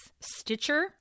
Stitcher